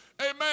Amen